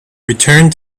returned